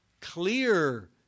Clear